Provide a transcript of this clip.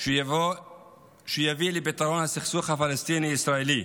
שיביא לפתרון הסכסוך הפלסטיני ישראלי,